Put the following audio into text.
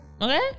okay